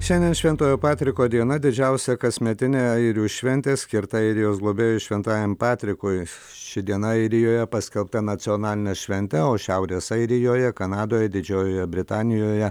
šiandien šventojo patriko diena didžiausia kasmetinė airių šventė skirta airijos globėjui šventajam patrikui ši diena airijoje paskelbta nacionaline švente o šiaurės airijoje kanadoje didžiojoje britanijoje